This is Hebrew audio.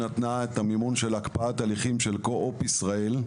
גמא נתנה את המימון של הקפאת הליכים של קו-אופ ישראל,